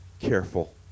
careful